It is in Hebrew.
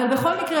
אבל בכל מקרה,